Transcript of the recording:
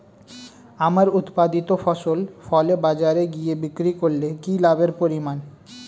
আমার উৎপাদিত ফসল ফলে বাজারে গিয়ে বিক্রি করলে কি লাভের পরিমাণ?